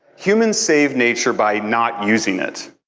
humans save nature by not using it.